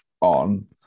on